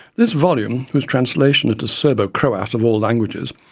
this volume, whose translation into serbo-croat, of all languages,